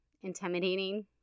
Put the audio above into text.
intimidating